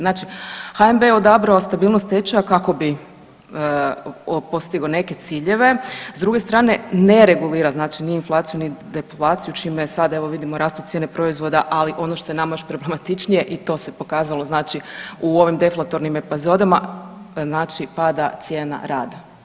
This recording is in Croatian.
Znači HNB je odabrao stabilnost tečaja kako bi postigao neke ciljeve, s druge strane ne regulira znači ni inflaciju, ni deflaciju čime sad evo vidimo rastu cijene proizvoda, ali ono što je nama još problematičnije i to se pokazalo znači u ovim deflatornim epizodama, znači pada cijena rada.